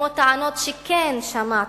כמו טענות שכן שמעתי,